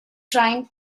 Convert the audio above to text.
trying